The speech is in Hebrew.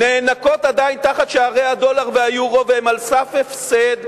נאנקות עדיין תחת שערי הדולר והיורו והן על סף הפסד,